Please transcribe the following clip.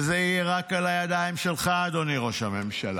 וזה יהיה רק על הידיים שלך, אדוני ראש הממשלה.